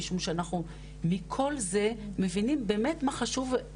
משום שאנחנו מכל זה מבינים באמת מה חשוב,